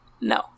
No